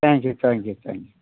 thank you thank you thank you